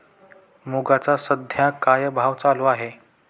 मुगाचा सध्या काय भाव चालू आहे?